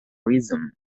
rhythm